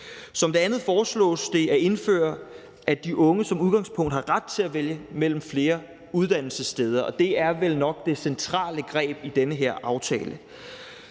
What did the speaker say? For det andet foreslås det at indføre, at de unge som udgangspunkt har ret til at vælge mellem flere uddannelsessteder, og det er vel nok det centrale greb i den her aftale.